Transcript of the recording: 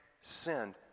sinned